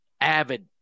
avid